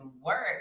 work